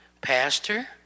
Pastor